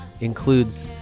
includes